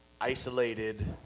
isolated